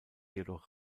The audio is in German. jedoch